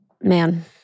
man